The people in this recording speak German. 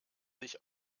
sich